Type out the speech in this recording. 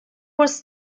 was